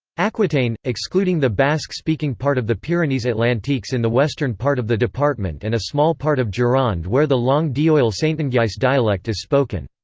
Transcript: aquitaine excluding the basque-speaking part of the pyrenees-atlantiques in the western part of the department and a small part of gironde where the langue d'oil saintongeais dialect is spoken.